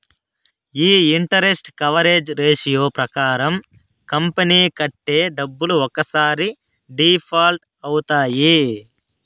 ఈ interest coverage ratio ప్రకారం company కట్టే డబ్బులు ఒక్కసారి డిఫాల్ట్ అవుతాయి